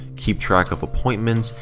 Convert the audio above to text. keep track of appointments,